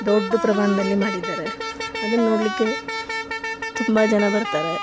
ದೊಡ್ಡ ಪ್ರಮಾಣದಲ್ಲಿ ಮಾಡಿದ್ದಾರೆ ಅದನ್ನು ನೋಡಲಿಕ್ಕೆ ತುಂಬ ಜನ ಬರ್ತಾರೆ